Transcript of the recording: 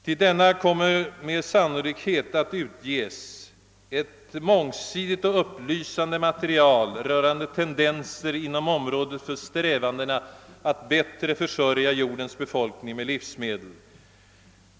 Till denna kommer med sannolikhet att utges ett mångsidigt och upplysande material rörande tendenser inom området för strävandena att bättre försörja jordens befolkning med livsmedel.